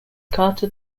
carter